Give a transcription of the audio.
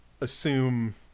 assume